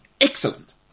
Excellent